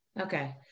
Okay